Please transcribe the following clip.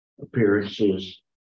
Appearances